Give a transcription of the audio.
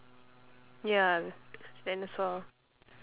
ya dinosaur !huh!